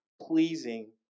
pleasing